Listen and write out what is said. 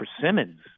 persimmons